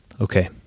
Okay